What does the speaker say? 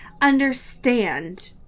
understand